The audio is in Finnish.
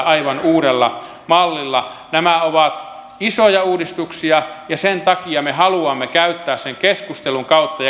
aivan uudella mallilla nämä ovat isoja uudistuksia ja sen takia me haluamme edetä keskustelun kautta